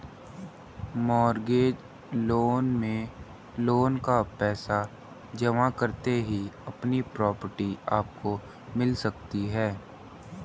mortgage loan में loan का पैसा जमा करते ही अपनी प्रॉपर्टी आपको मिल सकती है